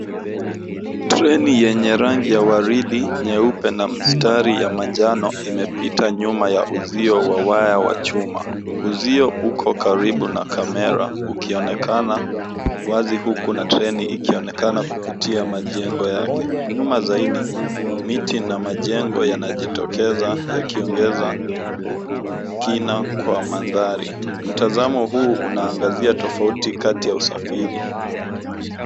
Treni yenye rangi ya waridi ,nyeupe na mstari ya majano imepita nyuma ya uzio wa waya wa chuma, uzio uko karibu na kamera ukionekana wazi huku na treni ikionekana kupitia majengo yake .Nyuma zaidi miti na majengo yanajitokeza yakiongeza kina kwa mandhari .Mtazamo huu unaangazia tofauti kati ya usafiri